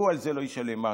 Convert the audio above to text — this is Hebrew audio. והוא על זה לא ישלם מס.